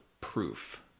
proof